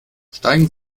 steigen